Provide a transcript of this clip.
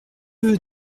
veux